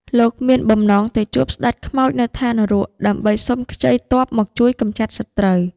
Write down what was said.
លោកមានបំណងទៅជួបស្ដេចខ្មោចនៅឋាននរក ដើម្បីសុំខ្ចីទ័ពមកជួយកម្ចាត់សត្រូវ។